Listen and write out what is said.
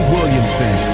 Williamson